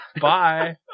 Bye